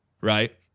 right